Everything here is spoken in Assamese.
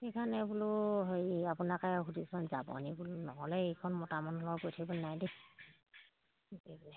সেইকাৰণে বোলো হেৰি আপোনাকে সুধোছোন যাবনি বোলো নহ'লে এইখন মতা মানুহৰ লগত গৈ থাকিবলৈ নাই দেই